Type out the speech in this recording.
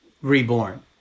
reborn